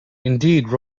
indeed